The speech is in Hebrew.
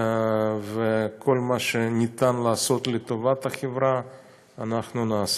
וכל מה שאפשר לעשות לטובת החברה אנחנו נעשה.